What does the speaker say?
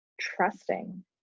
trusting